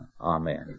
Amen